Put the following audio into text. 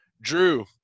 Drew